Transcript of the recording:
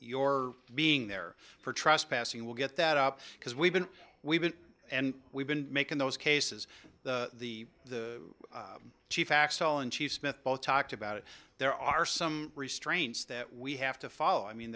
your being there for trespassing we'll get that up because we've been we've been and we've been making those cases the chief x l and chief smith both talked about there are some restraints that we have to follow i mean